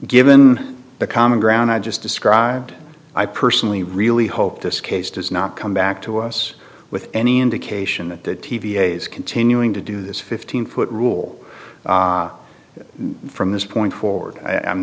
given the common ground i just described i personally really hope this case does not come back to us with any indication that the t v is continuing to do this fifteen foot rule from this point forward i